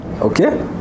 Okay